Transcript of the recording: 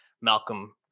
Malcolm